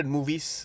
Movies